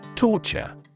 Torture